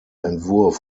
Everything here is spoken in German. entwurf